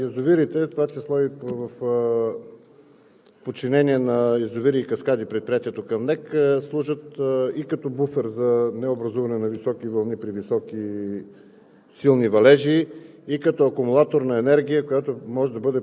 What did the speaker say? този. Знаете, че язовирите, в това число и в подчинение на „Язовири и каскади“ – предприятието към НЕК, служат и като буфер за необразуване на високи вълни при високи силни